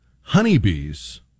honeybees